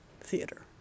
theater